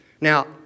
Now